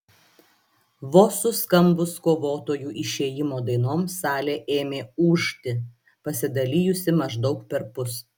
vos suskambus kovotojų išėjimo dainoms sale ėmė ūžti pasidalijusi maždaug perpus